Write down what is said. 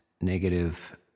negative